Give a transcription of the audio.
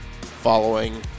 following